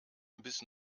bis